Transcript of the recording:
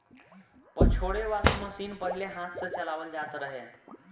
पछोरे वाला मशीन पहिले हाथ से चलावल जात रहे